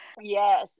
Yes